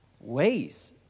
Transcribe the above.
ways